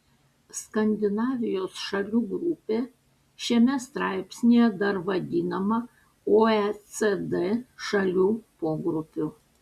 skandinavijos šalių grupė šiame straipsnyje dar vadinama oecd šalių pogrupiu